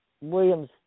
William's